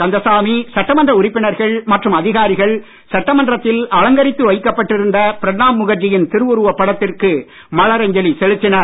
கந்தசாமி சட்டமன்ற உறுப்பினர்கள் மற்றும் அதிகாரிகள் சட்டமன்றத்தில் அலங்கரித்து வைக்கப்பட்டிருந்த பிரணாப் முகர்ஜியின் திருவுருவப் படத்திற்கு மலரஞ்சலி செலுத்தினர்